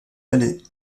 allé